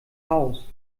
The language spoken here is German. haus